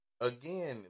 again